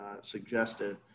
suggested